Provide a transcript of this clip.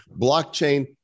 Blockchain